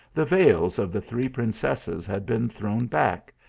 the veils of the three princesses had been thrown back,